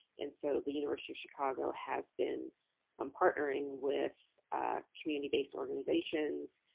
and so the university of chicago has been um partnering with community-based organizations,